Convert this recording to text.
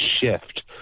shift